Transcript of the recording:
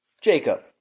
Jacob